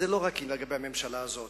זה לא רק לגבי הממשלה הזאת.